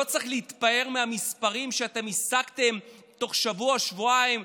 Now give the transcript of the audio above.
לא צריך להתפאר במספרים שהשגתם תוך שבוע-שבועיים,